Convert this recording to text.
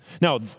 Now